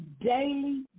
daily